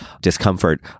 discomfort